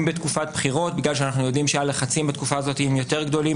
בתקופת בחירות בגלל שאנחנו יודעים שהלחצים בתקופה הזאת הם יותר גדולים,